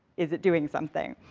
is it doing something?